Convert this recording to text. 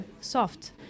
soft